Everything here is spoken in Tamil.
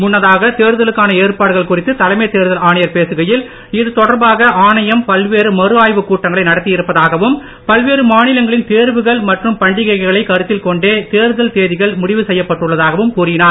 முன்னதாக தேர்தலுக்கான ஏற்பாடுகள் குறித்து தலைமைத் தேர்தல் ஆணையர் பேசுகையில் இது தொடர்பாக ஆணையம் பல்வேறு மறுஆய்வுக் கூட்டங்களை நடத்தியிருப்பதாகவும் பல்வேறு மாநிலங்களின் தேர்வுகள் மற்றும் பண்டிகைகளை கருத்தில் கொண்டே தேர்தல் தேதிகள் முடிவு செய்யப்பட்டுள்ளதாகவும் கூறினார்